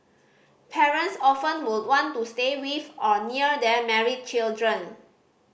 parents often would want to stay with or near their married children